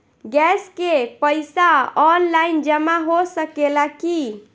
Gas के पइसा online जमा हो सकेला की?